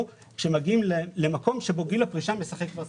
כאשר מגיעים למקום בו גיל הפרישה משחק תפקיד.